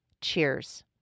cheers